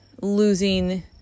Losing